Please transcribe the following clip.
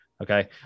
Okay